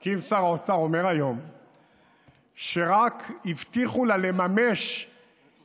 כי אם שר האוצר אומר היום שרק הבטיחו לה לממש התחייבויות,